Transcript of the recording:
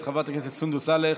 את חברת הכנסת סונדוס סאלח,